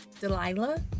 Delilah